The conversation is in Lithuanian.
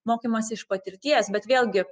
mokymąsi iš patirties bet vėlgi